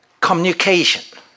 Communication